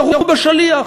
ירו בשליח,